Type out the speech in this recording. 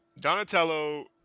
Donatello